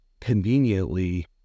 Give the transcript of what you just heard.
conveniently